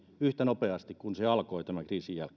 yhtä nopeasti kuin se alkoi